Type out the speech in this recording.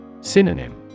Synonym